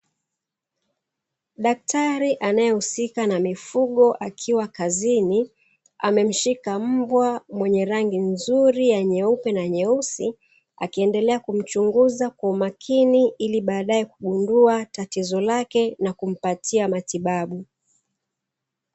Daktari anayehusika na mifugo akiwa kazini, amemshika mbwa mwenye rangi nzuri nyeupe na nyeusi, akiendelea kumchunguza kwa umakini ili baadaye kugundua tatizo lake na kumpatia matibabu.